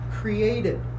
created